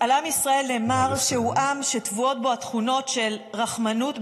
על עם ישראל נאמר שהוא עם שטבועות בו התכונות של רחמנות,